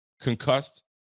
concussed